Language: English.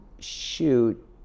shoot